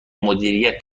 مدیریت